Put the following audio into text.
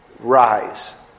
rise